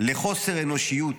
לחוסר האנושיות